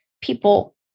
people